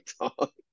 talk